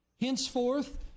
henceforth